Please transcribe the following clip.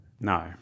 No